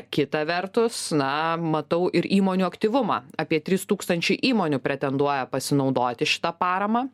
kita vertus na matau ir įmonių aktyvumą apie trys tūkstančiai įmonių pretenduoja pasinaudoti šita parama